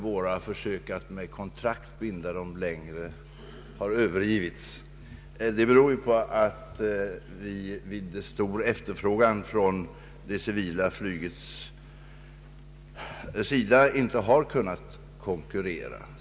Våra försök att med kontrakt binda dem för längre tid har övergivits, Det beror på att vi vid stor efterfrågan från det civila flygets sida inte har kunnat kon kurrera.